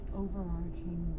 overarching